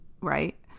right